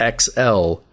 XL